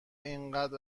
انقد